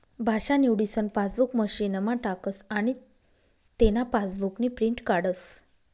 भाषा निवडीसन पासबुक मशीनमा टाकस आनी तेना पासबुकनी प्रिंट काढस